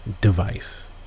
device